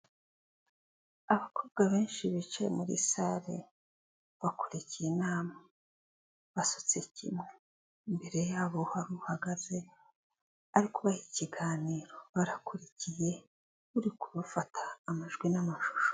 Abakobwa benshi bicaye muri sale bakurikiye inama basutse kimwe, imbere yabo hari uhagaze arikubaha ikiganiro, barakurikiye uri kubafata amajwi n'amashusho.